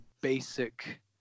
basic